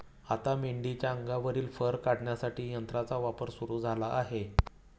आता मेंढीच्या अंगावरील फर काढण्यासाठी यंत्राचा वापर सुरू झाला आहे